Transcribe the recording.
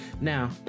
Now